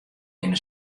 binne